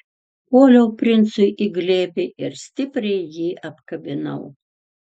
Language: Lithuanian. puoliau princui į glėbį ir stipriai jį apkabinau